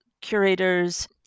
curators